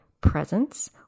presence